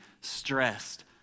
stressed